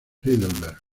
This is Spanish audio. heidelberg